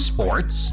Sports